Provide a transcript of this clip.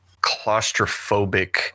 claustrophobic